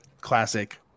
classic